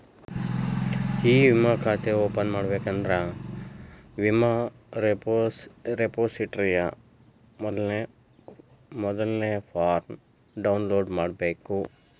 E ವಿಮಾ ಖಾತೆ open ಮಾಡಬೇಕಂದ್ರ ವಿಮಾ ರೆಪೊಸಿಟರಿಯ ಮೊದಲ್ನೇ ಫಾರ್ಮ್ನ ಡೌನ್ಲೋಡ್ ಮಾಡ್ಬೇಕ